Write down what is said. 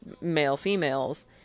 male-females